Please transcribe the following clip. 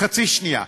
חצי שנייה.